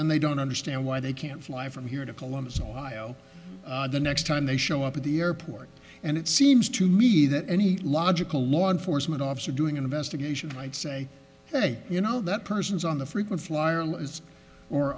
then they don't understand why they can't fly from here to columbus ohio the next time they show up at the airport and it seems to me that any logical law enforcement officer doing an investigation might say hey you know that person's on the frequent flyer list or